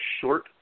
short